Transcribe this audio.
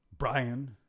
Brian